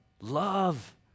love